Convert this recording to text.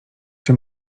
czy